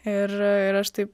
ir ir aš taip